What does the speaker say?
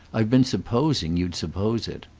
i've been supposing you'd suppose it.